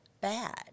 bad